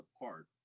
apart